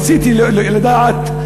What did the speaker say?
רציתי לדעת,